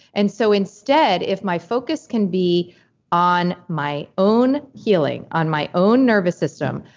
and so instead, if my focus can be on my own healing, on my own nervous system,